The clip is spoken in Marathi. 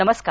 नमस्कार